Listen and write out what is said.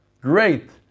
great